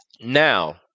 Now